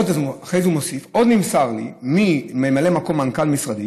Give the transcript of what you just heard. אחרי זה הוא מוסיף: עוד נמסר לי מממלא מקום מנכ"ל משרדי